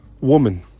woman